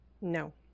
No